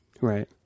Right